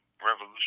Revolution